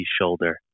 shoulder